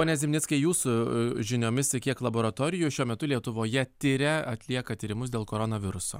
pone zimnickai jūsų žiniomis kiek laboratorijų šiuo metu lietuvoje tiria atlieka tyrimus dėl koronaviruso